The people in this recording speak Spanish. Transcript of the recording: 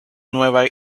nueva